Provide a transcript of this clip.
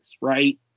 right